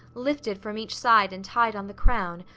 lifted from each side and tied on the crown,